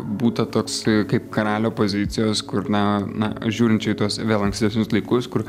būta toks kaip karalio pozicijos kur na na žiūrint čia į tuos vėl ankstesnius laikus kur